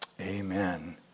Amen